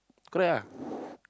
correct ah